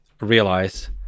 realize